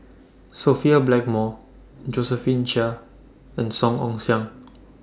Sophia Blackmore Josephine Chia and Song Ong Siang